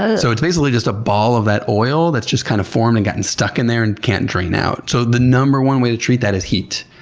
ah so it's basically just a ball of that oil that's just kind of formed and gotten stuck in there and can't drain out. so the number one way to treat that is heat.